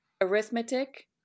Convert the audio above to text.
arithmetic